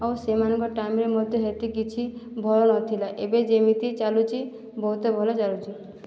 ଆଉ ସେମାନଙ୍କ ଟାଇମରେ ମୋତେ ସେଥି କିଛି ଭଳ ନଥିଲା ଏବେ ଯେମିତି ଚାଲୁଛି ବହୁତ ଭଲ ଚାଲୁଛି